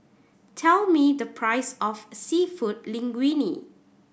tell me the price of Seafood Linguine